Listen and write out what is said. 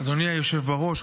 אדוני היושב בראש,